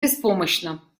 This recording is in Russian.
беспомощно